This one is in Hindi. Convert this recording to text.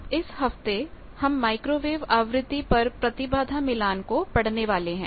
अब इस हफ्ते हममाइक्रोवेव आवृत्ति पर प्रतिबाधा मिलान को पढ़ने वाले हैं